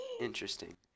Interesting